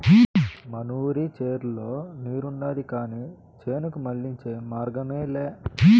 మనూరి చెర్లో నీరుండాది కానీ చేనుకు మళ్ళించే మార్గమేలే